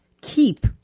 keep